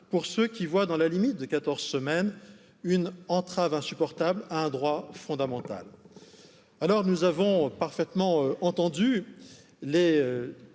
pour ceux qui voient dans la limite de 14 semaines une entrave insupportable et un droit fondamental? alors nous avons parfaitement entendu les